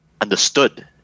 understood